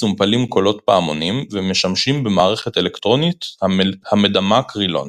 מסומפלים קולות פעמונים ומשמשים במערכת אלקטרונית המדמה קרילון.